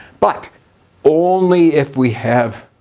but only if we have,